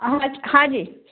हां जी